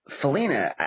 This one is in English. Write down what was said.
Felina